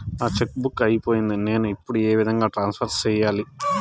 నా cheque book అయిపోయింది నేను ఇప్పుడు ఏ విధంగా ట్రాన్స్ఫర్ సేయాలి?